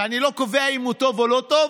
ואני לא קובע אם הוא טוב או לא טוב,